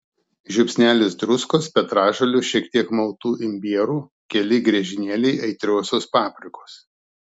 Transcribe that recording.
žiupsnelis druskos petražolių šiek tiek maltų imbierų keli griežinėliai aitriosios paprikos